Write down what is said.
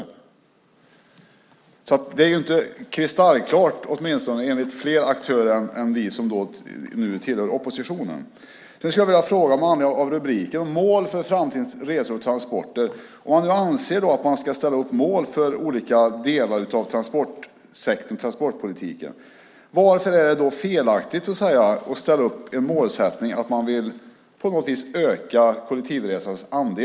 Att det som presenterats inte är kristallklart anser alltså fler aktörer än vi som tillhör oppositionen. Rubriken här är ju Mål för framtidens resor och transporter . Men om det nu anses att mål ska sättas upp för olika delar av transportsektorn, transportpolitiken, varför är det då felaktigt att sätta upp målet om att på något vis öka kollektivresandets andel?